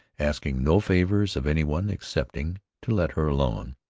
asking no favors of any one excepting to let her alone.